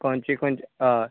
खंयची खंयची हय